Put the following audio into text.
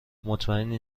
مطمئنی